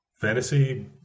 fantasy